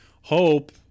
Hope